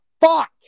Fuck